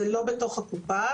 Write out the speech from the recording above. וזה לא בתוך הקופה,